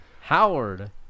Howard